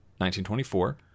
1924